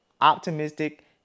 optimistic